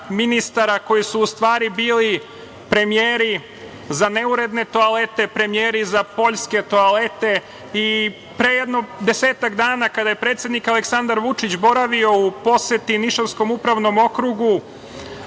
koji su u stvari bili premijeri za neuredne toalete, premijeri za poljske toalete. Pre jedno desetak dana, kada je predsednik Aleksandar Vučić boravio u poseti Nišavskom upravnom okrugu,